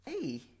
Hey